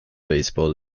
baseball